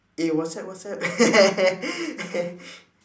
eh what's up what's up